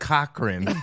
Cochran